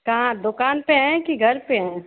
कहाँ दुकान पर हैं कि घर पर हैं